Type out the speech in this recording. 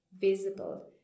visible